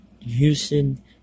Houston